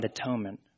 atonement